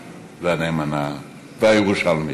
והנאמנה, והירושלמית,